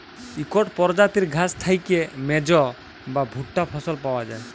ইকট পরজাতির ঘাঁস থ্যাইকে মেজ বা ভুট্টা ফসল পাউয়া যায়